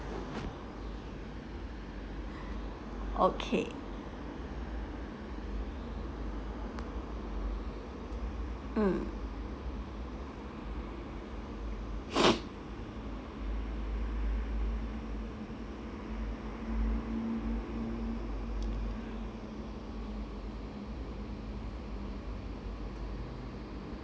okay mm